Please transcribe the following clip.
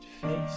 face